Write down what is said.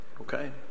Okay